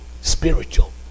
spiritual